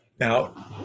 Now